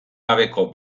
gabeko